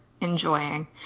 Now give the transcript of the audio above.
enjoying